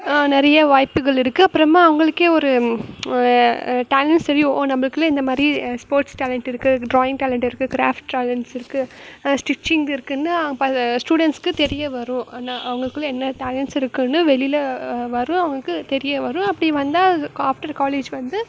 நிறைய வாய்ப்புகள் இருக்கு அப்புறமா அவங்களுக்கே ஒரு டேலன்ஸ் தெரியும் ஓ நம்மளுக்குள்ள இந்தமாதிரி ஸ்போர்ட்ஸ் டேலண்ட் இருக்கு டிராயிங் டேலண்ட் இருக்குது கிராஃப்ட் டேலன்ஸ் இருக்குது ஸ்டிச்சிங் இருக்குதுன்னு அப்போ அந்த ஸ்டூடண்ட்ஸுக்கு தெரிய வரும் ஆனால் அவங்களுக்குள்ள என்ன டேலண்ட்ஸ் இருக்குதுன்னு வெளியில் வரும் அவங்களுக்கு தெரிய வரும் அப்படி வந்தால் அதுக்கு ஆஃப்டர் காலேஜ் வந்து